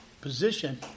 position